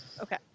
okay